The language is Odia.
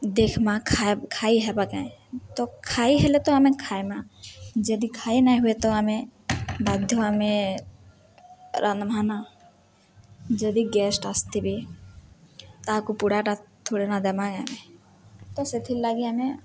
ଦେଖ୍ମା ଖାଇ ଖାଇ ହେବା କାଏଁ ତ ଖାଇ ହେଲେ ତ ଆମେ ଖାଇମା ଯଦି ଖାଇ ନାଇଁ ହୁଏ ତ ଆମେ ବାଧ୍ୟ ଆମେ ରାନ୍ଧ୍ମା ନା ଯଦି ଗେଷ୍ଟ ଆସିଥିବେ ତାକୁ ପୋଡ଼ାଟା ଥୋଡ଼ି ନା ଦେମା ଆମେ ତ ସେଥିର୍ଲାଗି ଆମେ